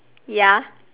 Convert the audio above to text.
ya